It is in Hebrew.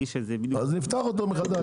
אז נפתח אותם מחדש.